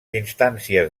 instàncies